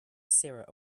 sarah